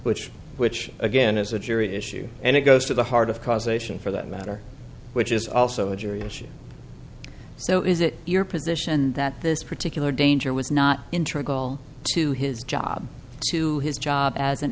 which which again is a jury issue and it goes to the heart of causation for that matter which is also a jury of shit so is it your position that this particular danger was not in trouble to his job to his job as an